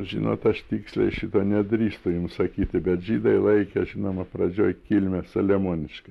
žinot aš tiksliai šito nedrįstu jums sakyti bet žydai laikė žinoma pradžioj kilmę saliamonišką